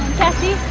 kathy